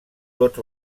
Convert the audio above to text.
tots